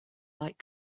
light